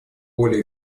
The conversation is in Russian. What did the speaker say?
более